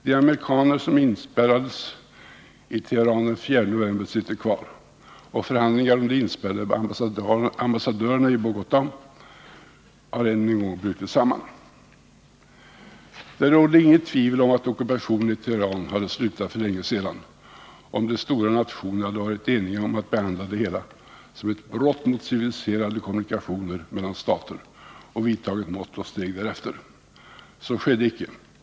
De amerikaner som inspärrades i Teheran den 4 november sitter kvar, och förhandlingarna om de inspärrade ambassadörerna i Bogotå har ännu en gång brutit samman. Det råder inget tvivel om att ockupationen i Teheran hade slutat för länge sedan om de stora nationerna hade varit eniga om att behandla det hela som ett brott mot civiliserade kommunikationer mellan stater och vidtagit mått och steg därefter. Så skedde icke.